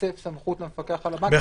שתתווסף סמכות למפקח על הבנקים